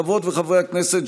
חברות וחברי הכנסת,